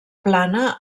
plana